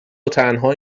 وتنها